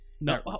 No